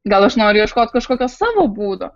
gal aš noriu ieškot kažkokio savo būdo